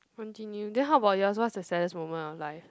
continue then how about you what's the saddest moment of life